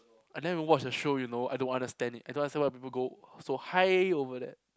I never watch the show you know I don't understand it I don't understand why people go so high over that